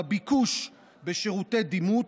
בביקוש לשירותי דימות,